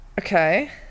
Okay